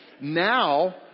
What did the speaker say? now